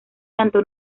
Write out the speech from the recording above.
tanto